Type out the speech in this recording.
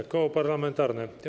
Koło parlamentarne.